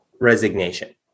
resignation